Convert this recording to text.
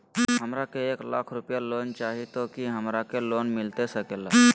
हमरा के एक लाख रुपए लोन चाही तो की हमरा के लोन मिलता सकेला?